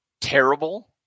terrible